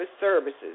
services